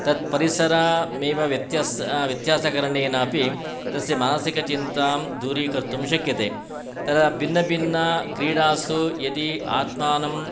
तत् परिसरमेव व्यत्यासकरणेन अपि तस्य मानसिकचिन्तां दूरीकर्तुं शक्यते तदा भिन्नभिन्नक्रीडासु यदि आत्मानं